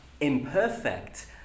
imperfect